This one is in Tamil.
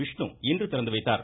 விஷ்ணு இன்று திறந்து வைத்தார்